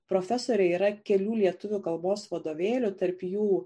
profesorė yra kelių lietuvių kalbos vadovėlių tarp jų